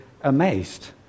amazed